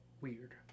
weird